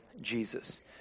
Jesus